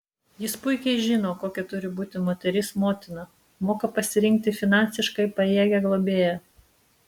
jis puikiai žino kokia turi būti moteris motina moka pasirinkti finansiškai pajėgią globėją